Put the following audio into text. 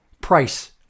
price